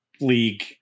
league